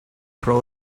pro